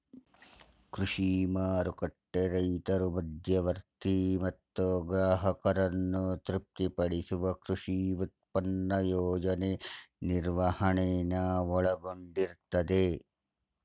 ಕೃಷಿ ಮಾರುಕಟ್ಟೆ ರೈತರು ಮಧ್ಯವರ್ತಿ ಮತ್ತು ಗ್ರಾಹಕರನ್ನು ತೃಪ್ತಿಪಡಿಸುವ ಕೃಷಿ ಉತ್ಪನ್ನ ಯೋಜನೆ ನಿರ್ವಹಣೆನ ಒಳಗೊಂಡಿರ್ತದೆ